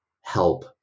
help